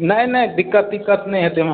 नहि नहि दिक्कत तिक्कत नहि हेतै